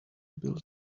build